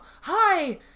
Hi